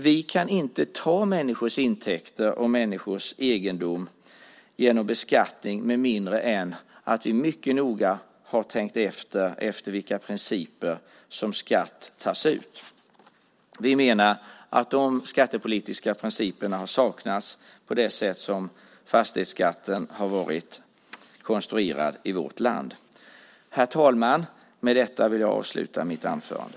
Vi kan inte ta människors intäkter och människors egendom genom beskattning med mindre än att vi mycket noga har tänkt efter utifrån vilka principer som skatt tas ut. Vi menar att de skattepolitiska principerna har saknats så som fastighetsskatten har varit konstruerad i vårt land. Herr talman! Med detta vill jag avsluta mitt anförande.